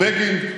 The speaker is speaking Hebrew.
או בגין,